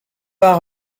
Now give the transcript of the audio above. pas